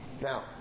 Now